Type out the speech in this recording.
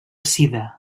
sida